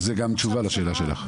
אז זאת תשובה גם לשאלה שלך.